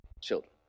children